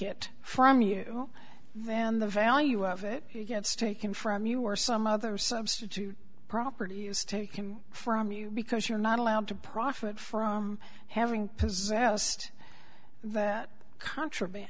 it from you then the value of it gets taken from you or some other substitute property is taken from you because you're not allowed to profit from having possessed that contraband